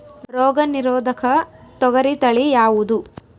ರೋಗ ನಿರೋಧಕ ತೊಗರಿ ತಳಿ ಯಾವುದು?